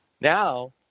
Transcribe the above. Now